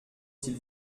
s’il